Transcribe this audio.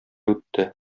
үтте